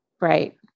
Right